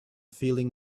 feeling